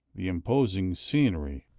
the imposing scenery,